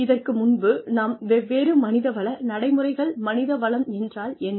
இதற்கு முன்பு நாம் வெவ்வேறு மனித வள நடைமுறைகள் மனித வளம் என்றால் என்ன